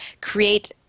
create